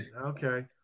okay